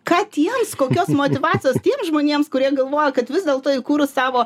ką tiems kokios motyvacijos tiems žmonėms kurie galvoja kad vis dėlto įkūrus savo